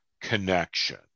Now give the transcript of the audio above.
connection